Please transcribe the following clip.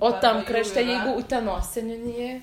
o tam krašte jeigu utenos seniūnija